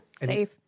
Safe